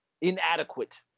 inadequate